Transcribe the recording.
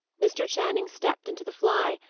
mr. channing stepped into the fly.